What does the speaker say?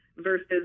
Versus